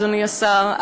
אדוני השר,